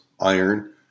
iron